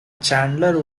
chandler